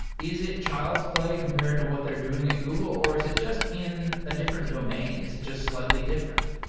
is it child's play compared to what they're doing at google or is it just in a different domain? is it just slightly different?